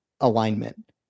alignment